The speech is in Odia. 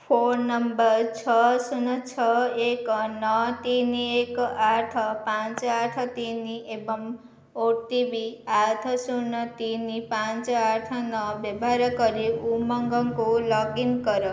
ଫୋନ୍ ନମ୍ବର୍ ଛଅ ଶୂନ ଛଅ ଏକ ନଅ ତିନି ଏକ ଆଠ ପାଞ୍ଚ ଆଠ ତିନି ଏବଂ ଓଟିପି ଆଠ ଶୂନ ତିନି ପାଞ୍ଚ ଆଠ ନଅ ବ୍ୟବହାର କରି ଉମଙ୍ଗକୁ ଲଗ୍ଇନ କର